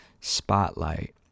spotlight